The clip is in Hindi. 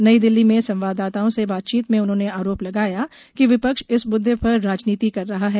नई दिल्ली में संवाददाताओं से बातचीत में उन्होंने आरोप लगाया कि विपक्ष इस मुददे पर राजनीति कर रहा है